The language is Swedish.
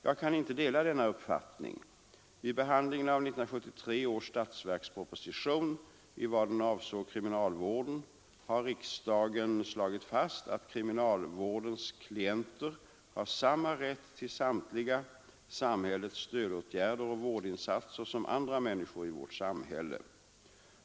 Jag kan ej dela denna uppfattning. Vid behandlingen av 1973 års statsverksproposition i vad den avsåg kriminalvården har riksdagen slagit fast att kriminalvårdens klienter har samma rätt till samtliga samhällets stödåtgärder och vårdinsatser som andra människor i vårt samhälle.